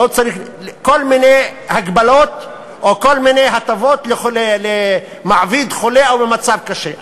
כל מיני הגבלות או כל מיני הטבות למעביד חולה או במצב קשה,